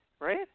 right